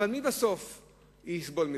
אבל מי בסופו של דבר יסבול מזה,